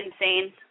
insane